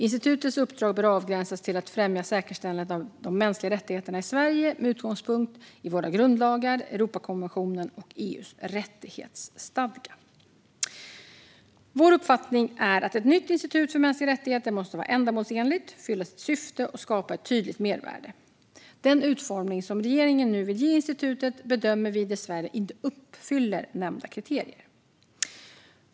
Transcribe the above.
Institutets uppdrag bör avgränsas till att främja säkerställandet av de mänskliga rättigheterna i Sverige med utgångspunkt i våra grundlagar, Europakonventionen och EU:s rättighetsstadga. Vår uppfattning är att ett nytt institut för mänskliga rättigheter måste vara ändamålsenligt, fylla sitt syfte och skapa ett tydligt mervärde. Den utformning som regeringen nu vill ge institutet bedömer vi dessvärre inte uppfyller nämnda kriterier.